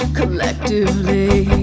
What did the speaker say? collectively